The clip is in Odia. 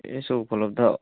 ଏ ସବୁ ଉପଲବ୍ଧ